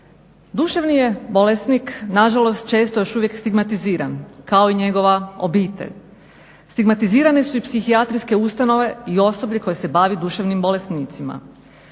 Duševni je bolesnik, nažalost često još uvijek stigmatiziran kao i njegova obitelj. Stigmatizirani su i psihijatrijske ustanove i osoblje koje se bavi duševnim bolesnicima.